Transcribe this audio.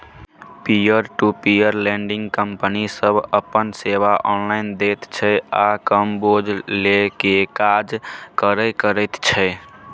peer to peer lending company सब अपन सेवा ऑनलाइन दैत छै आ कम बोझ लेइ के काज करे करैत छै